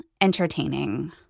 entertaining